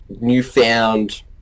newfound